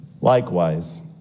Likewise